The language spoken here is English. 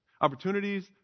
opportunities